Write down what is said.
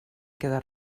queda